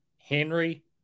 Henry